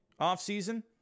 offseason